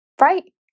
right